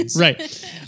Right